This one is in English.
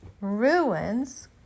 ruins